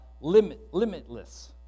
Limitless